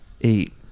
eight